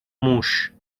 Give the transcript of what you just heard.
موش